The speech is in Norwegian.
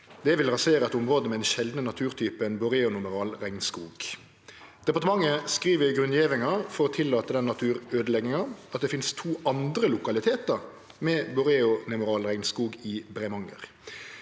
vil rasere eit område med den sjeldne naturtypen boreonemoral regnskog. Departementet skriv i grunngjevinga for å tillate naturøydelegginga at det finst to andre lokalitetar med boreonemoral regnskog i Bremanger.